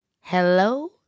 Hello